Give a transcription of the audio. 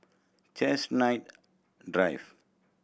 Chestnut Drive